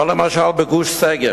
או למשל בגוש-שגב,